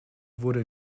wurde